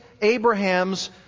Abraham's